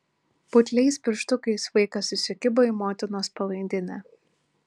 putliais pirštukais vaikas įsikibo į motinos palaidinę